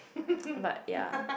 but ya